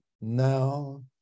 now